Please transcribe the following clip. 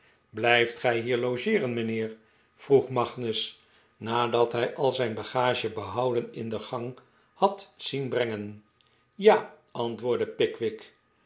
blijft gij hier logeeren mijnheer vroeg magnus nadat hij al zijn bagage behouden in de gang had zien brengen ja antwoordde pickwick